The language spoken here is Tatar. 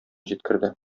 җиткерде